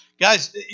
Guys